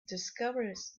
discoveries